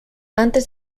antes